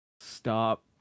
Stop